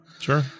Sure